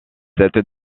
cette